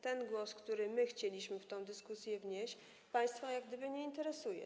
Ten głos, który my chcieliśmy w tę dyskusję wnieść, państwa nie interesuje.